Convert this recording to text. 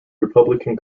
republican